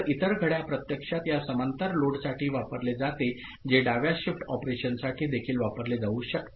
तर इतर घड्याळ प्रत्यक्षात या समांतर लोडसाठी वापरले जाते जे डाव्या शिफ्ट ऑपरेशनसाठी देखील वापरले जाऊ शकते